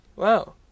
Wow